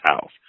house